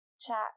chat